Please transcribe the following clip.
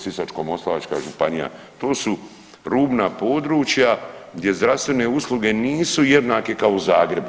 Sisačko-moslavačka županija to su rubna područja gdje zdravstvene usluge nisu jednake kao u Zagrebu.